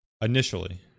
Initially